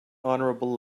honorable